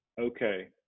okay